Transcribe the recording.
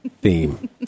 theme